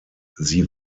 sie